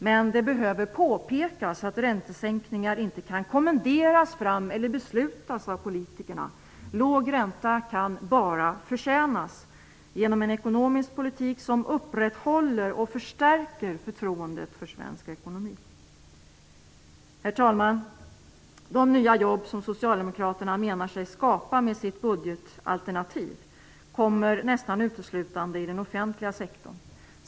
Men det behöver påpekas att räntesänkningar inte kan kommenderas fram eller beslutas av politikerna. Låg ränta kan bara förtjänas med hjälp av en ekonomisk politik som upprätthåller och förstärker förtroendet för svensk ekonomi. Herr talman! De nya jobb som Socialdemokraterna menar sig skapa med sitt budgetalternativ kommer nästan uteslutande den offentliga sektorn till del.